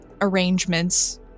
arrangements